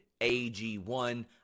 AG1